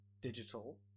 digital